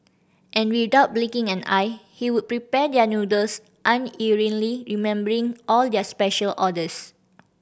and without blinking an eye he would prepare their noodles unerringly remembering all their special orders